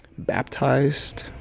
baptized